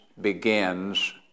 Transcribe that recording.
begins